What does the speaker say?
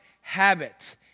habit